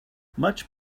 much